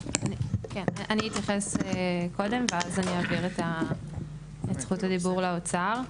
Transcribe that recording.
אתייחס קודם ואז אעביר את זכות הדיבור לאוצר.